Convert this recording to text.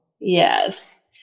Yes